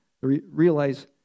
realize